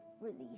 release